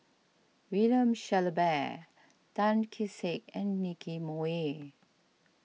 William Shellabear Tan Kee Sek and Nicky Moey